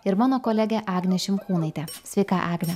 ir mano kolegė agnė šimkūnaitė sveika agne